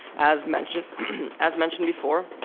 as mentioned as mentioned before,